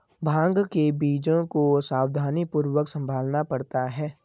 भांग के बीजों को सावधानीपूर्वक संभालना पड़ता है